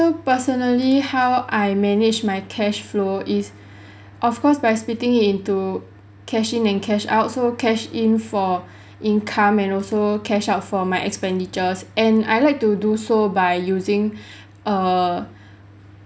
personally how I manage my cash flow is of course by splitting it into cash in and cash out so cash in for income and also cash out for my expenditures and I like to do so by using a